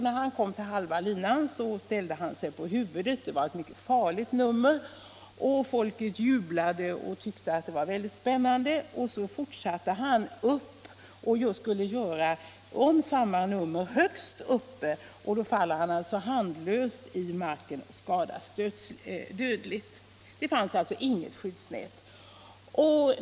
När han kom till halva linan ställde han sig på huvudet —- det var ett mycket farligt nummer — och folket jublade och tyckte att det var väldigt spän "nande. — Så fortsätter han upp och skall just göra om samma nummer högst uppe, och då faller han handlöst i marken och skadas dödligt. Det fanns alltså inget skyddsnät.